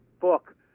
book